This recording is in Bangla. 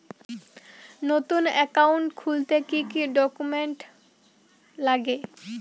নতুন একাউন্ট খুলতে কি কি ডকুমেন্ট লাগে?